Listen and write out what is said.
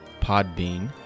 Podbean